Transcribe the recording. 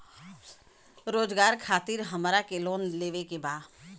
रोजगार खातीर हमरा के लोन लेवे के बा?